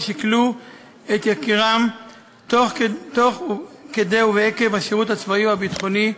ששכלו את יקירם תוך כדי ועקב השירות הצבאי או הביטחוני,